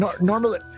normally